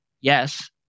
yes